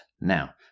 now